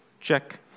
Check